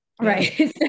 right